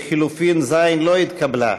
לחלופין ז' לא התקבלה.